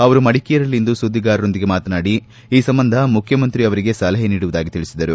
ಅವರು ಮಡಿಕೇರಿಯಲ್ಲಿಂದು ಸುದ್ದಿಗಾರರೊಂದಿಗೆ ಮಾತನಾಡಿ ಈ ಸಂಬಂಧ ಮುಖ್ಯಮಂತ್ರಿ ಅವರಿಗೆ ಸಲಹೆ ನೀಡುವುದಾಗಿ ತಿಳಿಸಿದರು